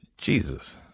Jesus